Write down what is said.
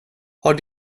har